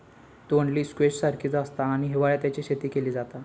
तोंडली स्क्वैश सारखीच आसता आणि हिवाळ्यात तेची शेती केली जाता